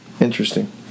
Interesting